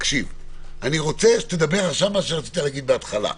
אני רוצה שתאמר עכשיו מה שרצית לומר בהתחלה.